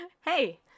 hey